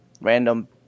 random